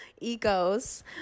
egos